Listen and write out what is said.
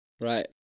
Right